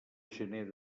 gener